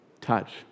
touch